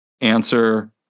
answer